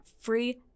free